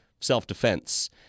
self-defense